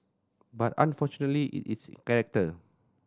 but unfortunately it's in character